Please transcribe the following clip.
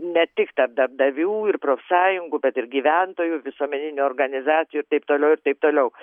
ne tik tarp darbdavių ir profsąjungų bet ir gyventojų visuomeninių organizacijų ir taip toliau ir taip toliau